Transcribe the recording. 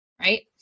right